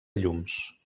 llums